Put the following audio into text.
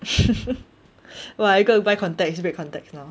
what are you gonna buy contacts red contacts now